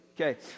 okay